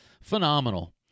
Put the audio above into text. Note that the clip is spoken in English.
phenomenal